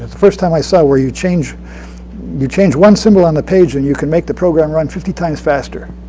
the first time i saw where you change you change one symbol on the page and you can make the program run fifty times faster.